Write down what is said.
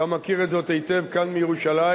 אתה מכיר את זאת היטב כאן מירושלים,